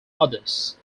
others